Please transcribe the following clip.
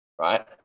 right